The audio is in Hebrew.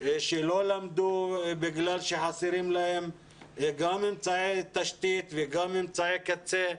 לא למדו מכיוון שחסרים להם אמצעי תשתית ואמצעי קצה.